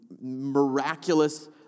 miraculous